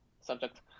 subject